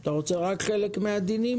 אתה רוצה רק חלק מהדינים?